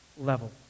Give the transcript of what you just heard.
level